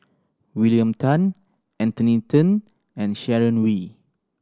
William Tan Anthony Then and Sharon Wee